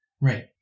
Right